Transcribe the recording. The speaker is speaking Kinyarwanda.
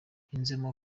yunzemo